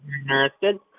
interested